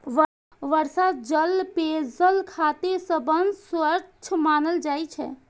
वर्षा जल पेयजल खातिर सबसं स्वच्छ मानल जाइ छै